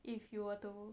if you were to